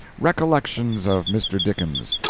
recollections of mr. dickens.